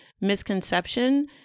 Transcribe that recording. misconception